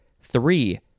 Three